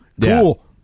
cool